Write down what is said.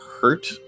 hurt